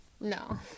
No